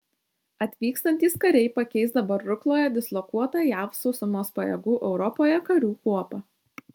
atvykstantys kariai pakeis dabar rukloje dislokuotą jav sausumos pajėgų europoje karių kuopą